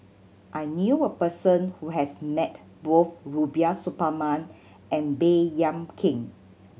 I knew a person who has met both Rubiah Suparman and Baey Yam Keng